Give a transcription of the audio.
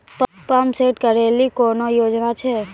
Pump set केलेली कोनो योजना छ?